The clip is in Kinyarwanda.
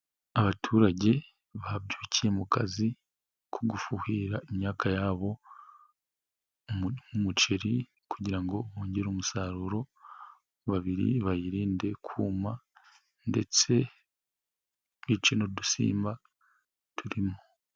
Abaturage babyukiye mu kazi ko gufuhirira imyaka yabo, umuceri kugira ngo bongere umusaruro, babiri, bayirinde kuma ndetse bice n'udusimba turimo.